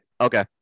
Okay